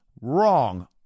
wrong